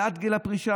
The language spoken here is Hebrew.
העלאת גיל הפרישה,